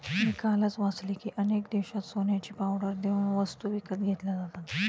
मी कालच वाचले की, अनेक देशांत सोन्याची पावडर देऊन वस्तू विकत घेतल्या जातात